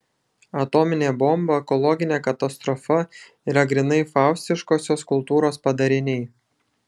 atominė bomba ekologinė katastrofa yra grynai faustiškosios kultūros padariniai